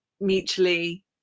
mutually